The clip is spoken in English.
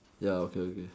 ya okay okay